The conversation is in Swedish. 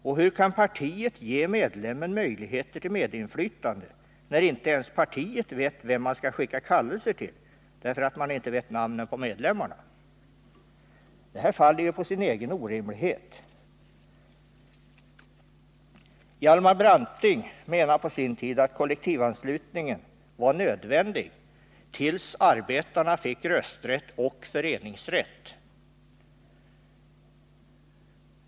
Och hur kan partiet ge medlemmen möjligheter till medinflytande när inte ens partiet vet vem man skall skicka kallelse till, därför att man inte vet namnet på medlemmarna? Det här faller ju på sin egen orimlighet. Hjalmar Branting menade på sin tid att kollektivanslutningen var nödvändig tills arbetarna fick rösträtt och föreningsrätt.